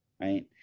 right